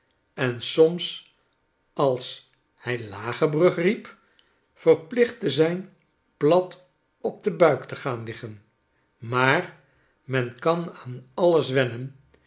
en soms als hij lage brug riep verplicht te zijn plat op den buik te gaan liggen maar men kan aan alles wennen